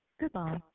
Goodbye